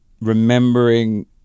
remembering